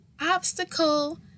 obstacle